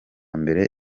mbere